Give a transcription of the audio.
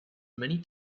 many